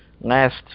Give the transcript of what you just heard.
last